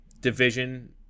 division